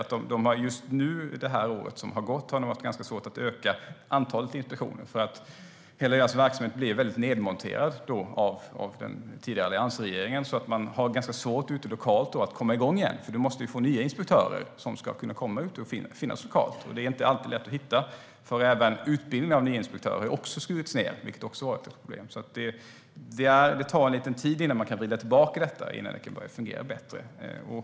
Under det år som har gått har man haft svårt att öka antalet inspektioner. Arbetsmiljöverkets verksamhet blev nedmonterad av den tidigare alliansregeringen. Man har svårt att komma i gång igen ute lokalt. För det måste man få nya inspektörer som ska finnas lokalt. Det är inte alltid lätt att hitta, för utbildningen av nya inspektörer har också skurits ned. Det har också varit ett problem. Det tar alltså lite tid innan man kan vrida tillbaka detta och det kan börja fungera bättre.